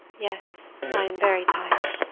yes, i am very tired.